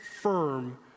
firm